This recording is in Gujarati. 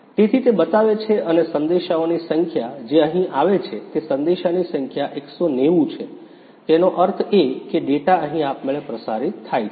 તેથી તે બતાવે છે અને સંદેશાઓની સંખ્યા જે અહીં આવે છે તે સંદેશાની સંખ્યા 190 છે તેનો અર્થ એ કે ડેટા અહીં આપમેળે પ્રસારિત થાય છે